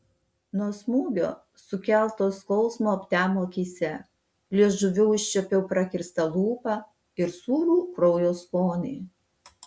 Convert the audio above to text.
nuo smūgio sukelto skausmo aptemo akyse liežuviu užčiuopiau prakirstą lūpą ir sūrų kraujo skonį